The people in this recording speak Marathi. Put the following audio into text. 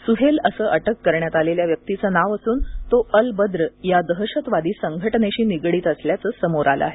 सुहेल असं अटक करण्यात आलेल्या व्यक्तीचं नाव असून तो अल बद्र या दहशतवादी संघटनेशी निगडीत असल्याचं समोर आलं आहे